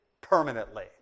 permanently